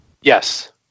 yes